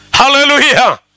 Hallelujah